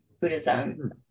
Buddhism